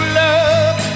love